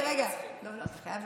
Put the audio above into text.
הכי מצחיק.